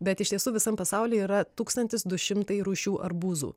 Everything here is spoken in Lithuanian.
bet iš tiesų visam pasaulyje yra tūkstantis du šimtai rūšių arbūzų